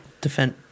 Defend